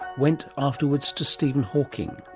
went afterwards to stephen hawking.